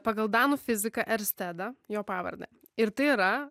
pagal danų fiziką erstedą jo pavardę ir tai yra